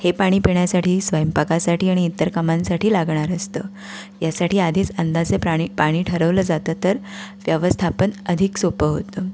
हे पाणी पिण्यासाठी स्वयंपाकासाठी आणि इतर कामांसाठी लागणार असतं यासाठी आधीच अंदाजे प्राणी पाणी ठरवलं जातं तर व्यवस्थापन अधिक सोपं होतं